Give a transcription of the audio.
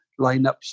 lineups